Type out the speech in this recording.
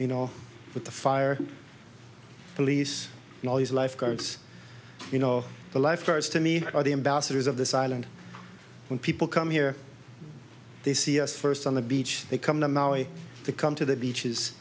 you know with the fire police and all these lifeguards you know the lifeguards to me are the ambassadors of this island when people come here they see us first on the beach they come to maui they come to the beaches